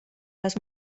les